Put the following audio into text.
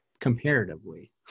comparatively